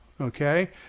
Okay